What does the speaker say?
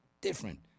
different